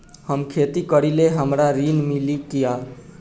हम खेती करीले हमरा ऋण मिली का?